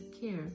care